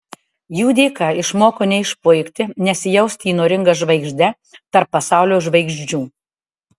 jų dėka išmoko neišpuikti nesijausti įnoringa žvaigžde tarp pasaulio žvaigždžių